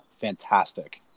fantastic